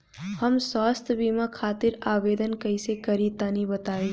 हम स्वास्थ्य बीमा खातिर आवेदन कइसे करि तनि बताई?